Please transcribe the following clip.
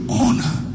honor